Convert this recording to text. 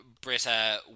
Britta